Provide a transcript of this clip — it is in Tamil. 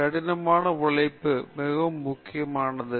கடின உழைப்பு மிகவும் முக்கியமானது